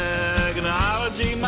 Technology